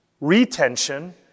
retention